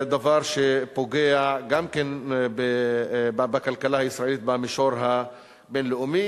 דבר שפוגע גם בכלכלה הישראלית במישור הבין-לאומי.